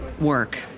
work